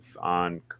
on